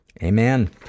Amen